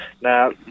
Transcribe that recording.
now